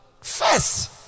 First